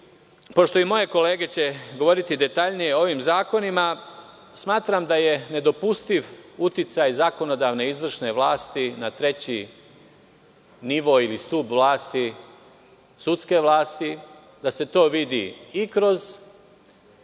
će i moje kolege govoriti detaljnije o ovim zakonima, smatram da je nedopustiv uticaj zakonodavne i izvršne vlasti na treći nivo, ili stub vlasti, sudske vlasti da se to vidi i kroz